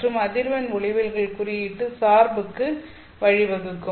மற்றும் அதிர்வெண் ஒளிவிலகல் குறியீட்டு சார்புக்கு வழிவகுக்கும்